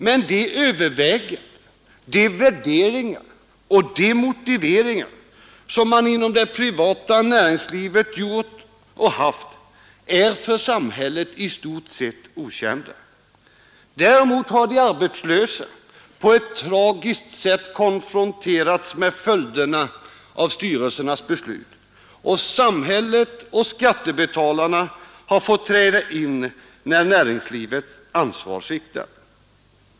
Men de överväganden, värderingar och motiveringar som man inom det privata näringslivet gjort och haft är för samhället i stort okända. Däremot har de arbetslösa på ett tragiskt sätt konfronterats med följderna av styrelsernas beslut, och samhället och skattebetalarna har fått träda in där näringslivets ansvar sviktat.